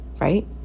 right